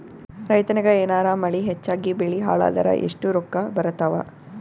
ರೈತನಿಗ ಏನಾರ ಮಳಿ ಹೆಚ್ಚಾಗಿಬೆಳಿ ಹಾಳಾದರ ಎಷ್ಟುರೊಕ್ಕಾ ಬರತ್ತಾವ?